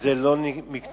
זה לא מקצועי,